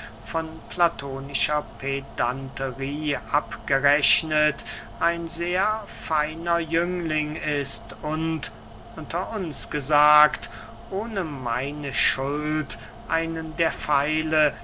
von platonischer pedanterey abgerechnet ein sehr feiner jüngling ist und unter uns gesagt ohne meine schuld einen der pfeile